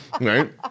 right